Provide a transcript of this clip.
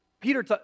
Peter